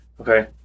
okay